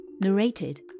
Narrated